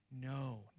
No